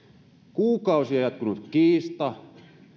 kuukausia jatkunut kiista